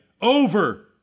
over